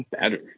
better